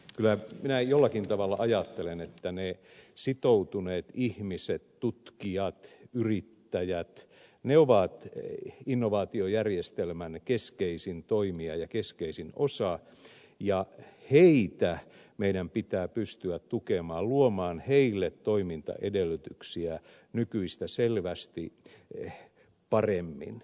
kyllä minä jollakin tavalla ajattelen että ne sitoutuneet ihmiset tutkijat yrittäjät ovat innovaatiojärjestelmän keskeisin toimija ja keskeisin osa ja heitä meidän pitää pystyä tukemaan luomaan heille toimintaedellytyksiä nykyistä selvästi paremmin